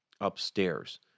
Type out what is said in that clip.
upstairs